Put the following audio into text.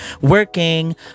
working